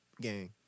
gang